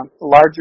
larger